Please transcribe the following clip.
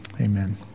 amen